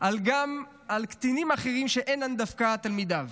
גם על קטינים אחרים שאינם דווקא תלמידיו.